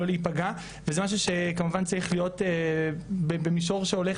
לא להיפגע וזה משהו שכמובן צריך להיות במישור שהולך